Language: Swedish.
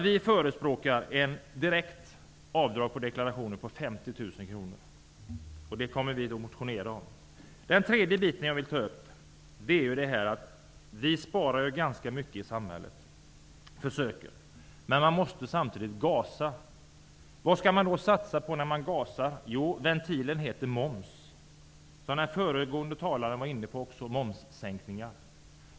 Vi förespråkar ett direktavdrag vid deklarationen på 50 000 kr. Det kommer vi att motionera om. Så till den tredje frågan. Vi sparar ganska mycket i samhället, eller försöker spara. Vi måste dock samtidigt gasa. Vad skall man då satsa på? Jo, ventilen heter moms. Den föregående talaren var också inne på momssänkningar.